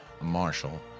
Marshall